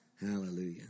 Hallelujah